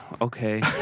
okay